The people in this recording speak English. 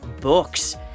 books